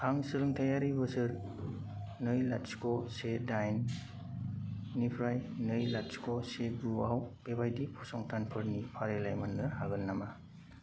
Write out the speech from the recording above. आं सोलोंथायारि बोसोर नै लाथिख' से दाइननिफ्राय नै लाथिख' से गुआव बेबायदि फसंथानफोरनि फारिलाइ मोन्नो हागोन नामा